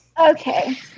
okay